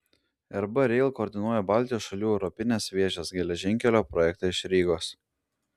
rb rail koordinuoja baltijos šalių europinės vėžės geležinkelio projektą iš rygos